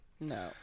No